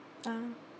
uh